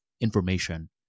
information